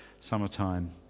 summertime